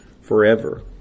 forever